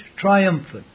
triumphant